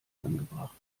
angebracht